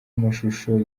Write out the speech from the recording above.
amashusho